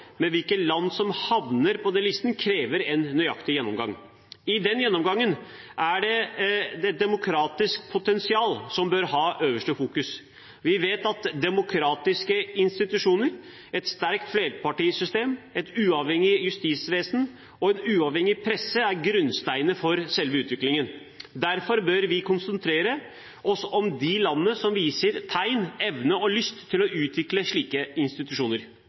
hvilke land som havner på den listen, krever en nøyaktig gjennomgang. I den gjennomgangen er det det demokratiske potensialet som bør ha øverste fokus. Vi vet at demokratiske institusjoner, et sterkt flerpartisystem, et uavhengig justisvesen og en uavhengig presse er grunnsteinene for selve utviklingen. Derfor bør vi konsentrere oss om de landene som viser tegn, evne og lyst til å utvikle slike institusjoner.